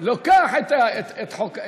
לוקח את החוק.